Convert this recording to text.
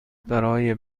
برای